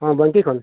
ᱦᱳᱭ ᱵᱟᱝᱠᱤ ᱠᱷᱚᱱ